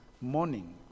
morning